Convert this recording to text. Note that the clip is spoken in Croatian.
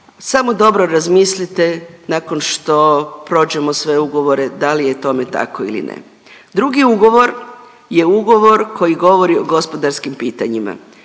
samo dobro razmislite nakon što prođemo sve ugovore da li je tome tko ili ne. Drugi ugovor je ugovor koji govori o gospodarskim pitanjima.